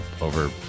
over